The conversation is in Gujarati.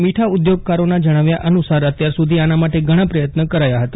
મીઠા ઉદ્યોગકારોના જણાવ્યા અનુસાર અત્યાર સુધી આના માટે ઘણા પ્રયત્ન કરાયા હતા